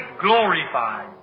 glorified